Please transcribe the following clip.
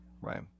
right